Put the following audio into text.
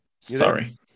sorry